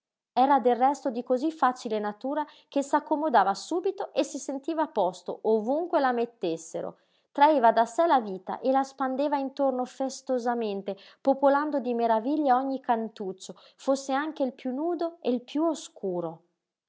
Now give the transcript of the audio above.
era del resto di cosí facile natura che s'accomodava subito e si sentiva a posto ovunque la mettessero traeva da sé la vita e la spandeva intorno festosamente popolando di meraviglie ogni cantuccio fosse anche il piú nudo e il piú oscuro